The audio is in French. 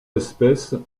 espèces